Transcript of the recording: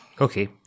Okay